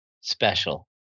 special